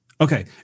okay